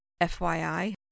FYI